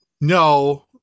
No